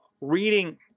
reading